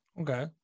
Okay